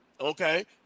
Okay